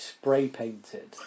spray-painted